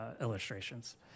illustrations